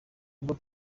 ubwo